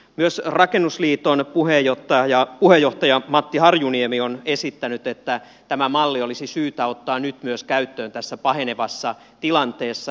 myös rakennusliiton puheenjohtaja matti harjuniemi on esittänyt että tämä malli olisi syytä ottaa myös nyt käyttöön tässä pahenevassa tilanteessa